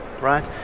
right